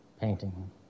painting